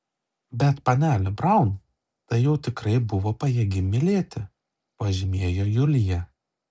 bet panelė braun tai jau tikrai buvo pajėgi mylėti pažymėjo julija